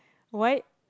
what